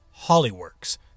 Hollyworks